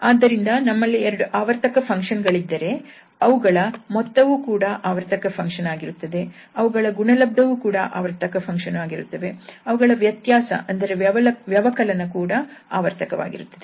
ಆದ್ದರಿಂದ ನಮ್ಮಲ್ಲಿ ಎರಡು ಆವರ್ತಕ ಫಂಕ್ಷನ್ ಗಳಿದ್ದರೆ ಅವುಗಳ ಮೊತ್ತವು ಕೂಡ ಆವರ್ತಕ ಫಂಕ್ಷನ್ ಆಗಿರುತ್ತದೆ ಅವುಗಳ ಗುಣಲಬ್ದ ವು ಸಹ ಆವರ್ತಕವಾಗಿರುತ್ತದೆ ಅವುಗಳ ವ್ಯತ್ಯಾಸ ಅಂದರೆ ವ್ಯವಕಲನ ಕೂಡ ಆವರ್ತಕವಾಗಿರುತ್ತದೆ